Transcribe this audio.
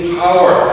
power